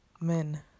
men